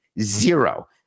zero